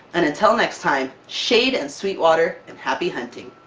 and until next time shade and sweet water, and happy hunting!